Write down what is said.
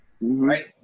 Right